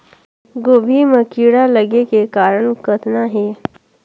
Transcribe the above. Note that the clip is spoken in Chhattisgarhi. गोभी म कीड़ा लगे के कारण कतना हे?